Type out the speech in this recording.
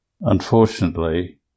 unfortunately